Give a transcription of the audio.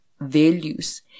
values